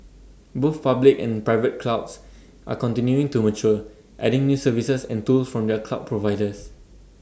both public and private clouds are continuing to mature adding new services and tools from their cloud providers